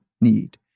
need